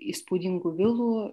įspūdingų vilų